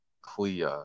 Clea